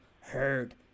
heard